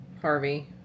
Harvey